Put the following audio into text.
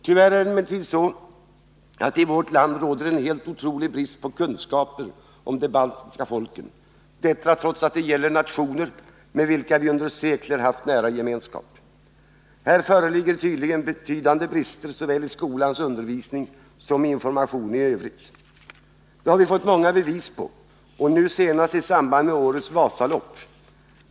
Tyvärr är det emellertid så att det i vårt land råder en helt otrolig brist på kunskaper om de baltiska folken, detta trots att det gäller nationer med vilka vi under sekler haft nära gemenskap. Här föreligger tydligen betydande brister såväl i skolans undervisning som i informationen i övrigt. Detta har vi fått många bevis på och nu senast i samband med årets Vasalopp.